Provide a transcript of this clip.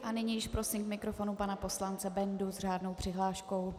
A nyní již prosím k mikrofonu pana poslance Bendu s řádnou přihláškou.